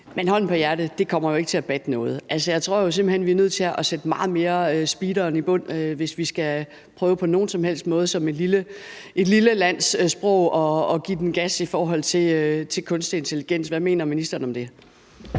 Men hånden på hjertet, det kommer jo ikke til at batte noget. Jeg tror simpelt hen, at vi er nødt til at speede meget mere op, hvis vi som et lille land med et lille sprog på nogen som helst måde skal prøve at give den gas i forhold til kunstig intelligens. Hvad mener ministeren om det?